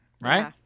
right